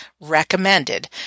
recommended